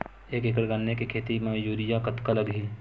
एक एकड़ गन्ने के खेती म यूरिया कतका लगही?